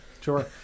Sure